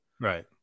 Right